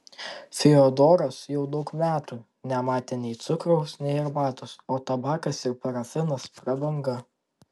fiodoras jau daug metų nematė nei cukraus nei arbatos o tabakas ir parafinas prabanga